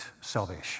salvation